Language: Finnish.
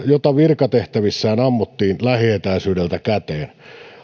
jota virkatehtävissään ammuttiin lähietäisyydeltä käteen